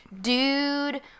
dude